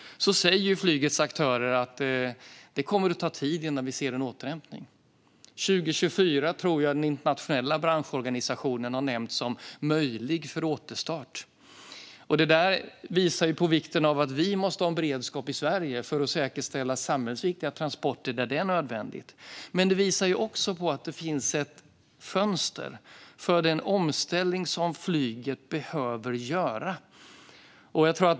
Och flygets aktörer säger att det kommer att ta tid innan vi ser en återhämtning. Jag tror att den internationella branschorganisationen har nämnt 2024 för möjlig återstart. Detta visar på vikten att vi i Sverige måste ha beredskap för att säkerställa samhällsviktiga transporter. Men detta visar också på att det finns ett fönster för den omställning som flyget behöver göra.